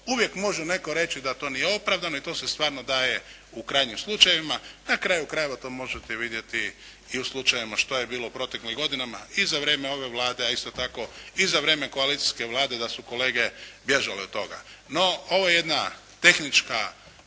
uvijek može netko reći da to nije opravdano i to se stvarno daje u krajnjim slučajevima. Na kraju krajeva, to možete vidjeti i u slučajevima šta je bilo u proteklim godinama i za vrijeme ove Vlade, a isto tako i za vrijeme koalicijske Vlade da su kolege bježale od toga. No, ovo je jedna tehnička